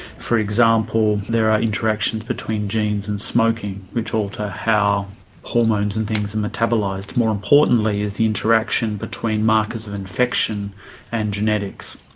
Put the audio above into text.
for example there are interactions between genes and smoking which alter how hormones and things and metabolised. more importantly is the interaction between markers of infection and genetics.